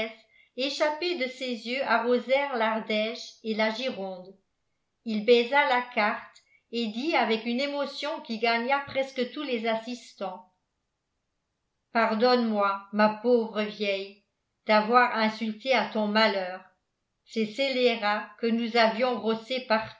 échappées de ses yeux arrosèrent l'ardèche et la gironde il baisa la carte et dit avec une émotion qui gagna presque tous les assistants pardonne-moi ma pauvre vieille d'avoir insulté à ton malheur ces scélérats que nous avions rossés